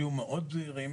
תהיו מאוד זהירים.